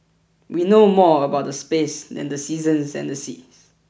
we know more about the space than the seasons and the seas